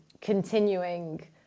continuing